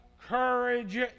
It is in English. courage